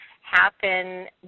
happen